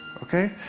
okay?